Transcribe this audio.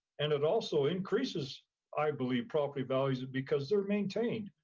and it also increases i believe property values because they're maintained.